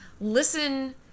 listen